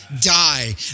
Die